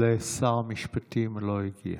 שר המשפטים לא הגיע.